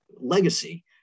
legacy